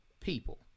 People